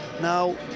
Now